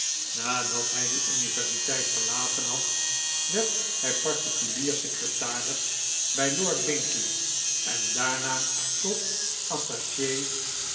nadat hij de universiteit verlaten had werd hij particulier secretaris bij lord binkie en daarna tot attache